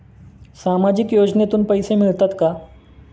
सामाजिक योजनेतून पैसे मिळतात का?